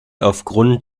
aufgrund